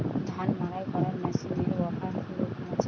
ধান মাড়াই করার মেশিনের অফার কী রকম আছে?